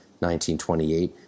1928